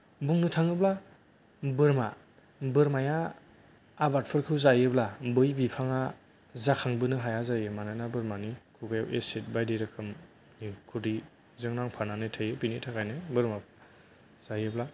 बुंनो थाङोब्ला बोरमा बोरमाया आबादफोरखौ जायोब्ला बै बिफाङा जाखांबोनो हाया जायो मानानो बोरमानि खुगायाव एसिद बायदि रोखोम खुदैजों नांफानानै थायो बेनि थाखायनो बोरमा जायोब्ला